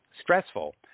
stressful